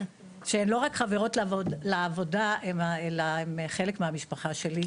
שהן לא רק חברות לעבודה אלא הן חלק מהמשפחה שלי.